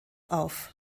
auf